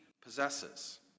possesses